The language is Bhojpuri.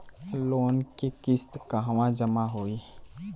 लोन के किस्त कहवा जामा होयी?